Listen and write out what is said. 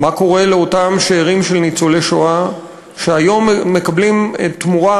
מה קורה לאותם שאירים של ניצולי השואה שהיום מקבלים תמורה,